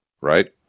right